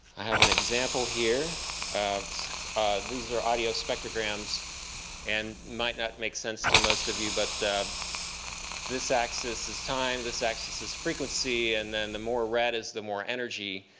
i have an example here of these are audio spectrograms and might not make sense to most of you. but this axis is time, this axis is frequency, and then the more red is the more energy.